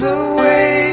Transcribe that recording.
away